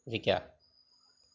জিকা